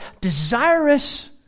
desirous